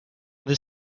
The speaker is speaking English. the